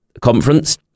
conference